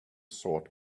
sword